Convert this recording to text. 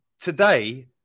Today